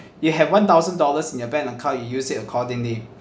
you have one thousand dollars in your bank account you use it accordingly